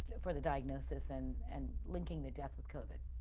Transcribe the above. for the diagnosis and and linking the death with covid.